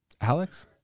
Alex